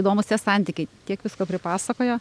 įdomūs tie santykiai tiek visko pripasakojo